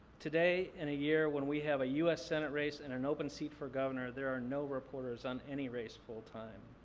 today, in a year when we have a u s. senate race and an open seat for governor, there are no reporters on any race full-time.